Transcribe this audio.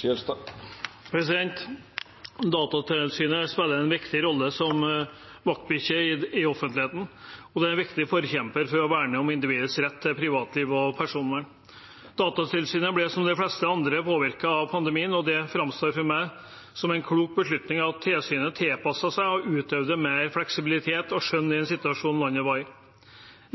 til. Datatilsynet spiller en viktig rolle som vaktbikkje i offentligheten, og det er en viktig forkjemper for å verne om individets rett til privatliv og personvern. Datatilsynet ble som de fleste andre påvirket av pandemien, og det framstår for meg som en klok beslutning at tilsynet tilpasset seg og utøvde mer fleksibilitet og skjønn i den situasjonen landet var i.